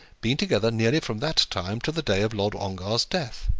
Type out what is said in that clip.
been together nearly from that time to the day of lord ongar's death.